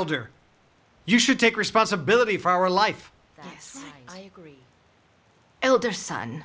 elder you should take responsibility for our life elder son